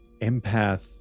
empath